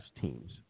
teams